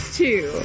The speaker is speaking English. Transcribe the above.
two